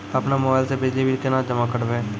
अपनो मोबाइल से बिजली बिल केना जमा करभै?